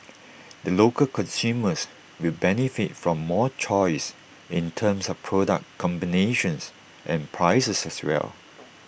the local consumers will benefit from more choice in terms of product combinations and prices as well